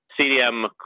CDM